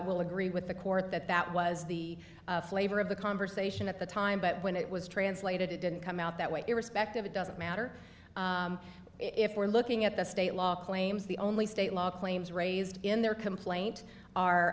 will agree with the court that that was the flavor of the conversation at the time but when it was translated it didn't come out that way irrespective it doesn't matter if we're looking at the state law claims the only state law claims raised in their complaint